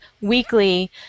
weekly